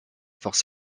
forces